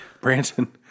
Branson